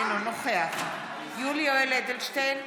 אינו נוכח יולי יואל אדלשטיין,